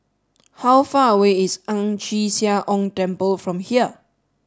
how far away is Ang Chee Sia Ong Temple from here